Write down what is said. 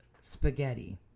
spaghetti